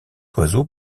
oiseau